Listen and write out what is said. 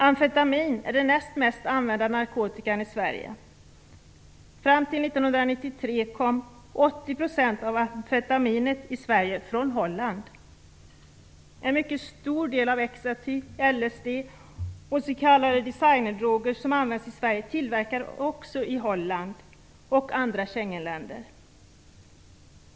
Amfetamin är den näst mest använda narkotikan i Sverige. Fram till 1993 kom 80 % av amfetaminet i Sverige från Holland. En mycket stor del av LSD och s.k. designer droger som används i Sverige är också tillverkade i Holland och andra Schengenländer.